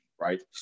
right